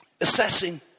assessing